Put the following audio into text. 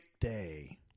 day